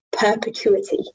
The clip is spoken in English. perpetuity